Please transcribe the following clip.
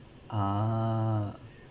uh